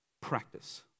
practice